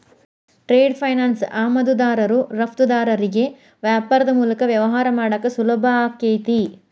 trade finance ಆಮದುದಾರರು ರಫ್ತುದಾರರಿಗಿ ವ್ಯಾಪಾರದ್ ಮೂಲಕ ವ್ಯವಹಾರ ಮಾಡಾಕ ಸುಲಭಾಕೈತಿ